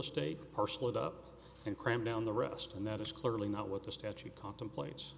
estate parcel it up and cram down the rest and that is clearly not what the statute contemplate